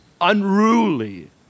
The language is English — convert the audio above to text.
unruly